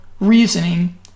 reasoning